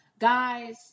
guys